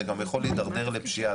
אתה יכול להידרדר לפשיעה,